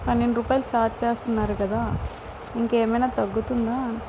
పన్నెండు రూపాయలు ఛార్జ్ చేస్తున్నారు కదా ఇంకేమైనా తగ్గుతుందా